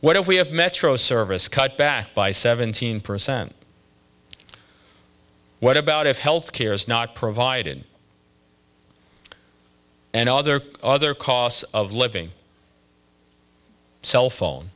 what if we have metro service cut back by seventeen percent what about if health care is not provided and other other costs of living cell phone